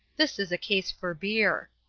this is a case for beer.